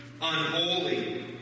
unholy